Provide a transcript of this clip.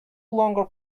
longer